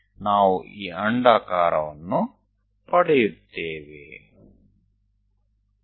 આપણે આ ઉપવલય મેળવીશું